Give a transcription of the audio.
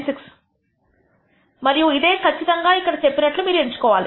96 మరియు ఇదే కచ్చితంగా ఇక్కడ చెప్పినట్లు మీరు ఎంచుకోవచ్చు